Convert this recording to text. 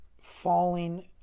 falling